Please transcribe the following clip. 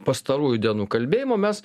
pastarųjų dienų kalbėjimo mes